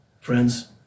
Friends